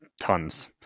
tons